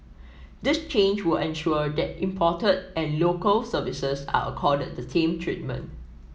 this change will ensure that imported and Local Services are accorded the same treatment